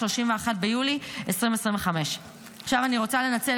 31 ביולי 2025. עכשיו אני רוצה לנצל